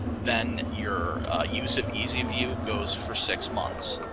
then your use of easy view goes for six months.